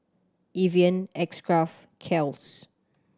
Evian X Craft Kiehl's